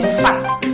fast